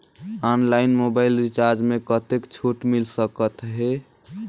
Online mobile recharge मे कतेक छूट मिल सकत हे?